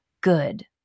good